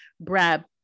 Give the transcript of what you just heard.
Brad